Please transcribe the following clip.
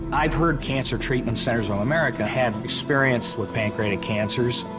i've heard cancer treatment centers of america have experience with pancreatic cancers.